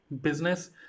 business